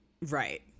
Right